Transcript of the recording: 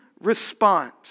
response